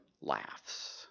laughs